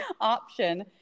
option